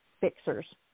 fixers